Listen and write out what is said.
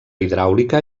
hidràulica